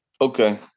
Okay